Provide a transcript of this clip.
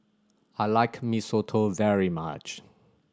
I like Mee Soto very much